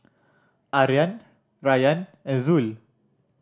Aryan Rayyan and Zul